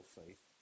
faith